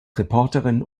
reporterin